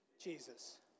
Jesus